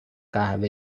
قهوه